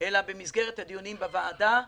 אלא במסגרת הדיונים בוועדה.